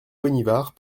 bonnivard